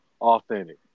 authentic